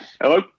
Hello